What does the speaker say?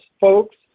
folks